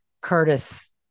Curtis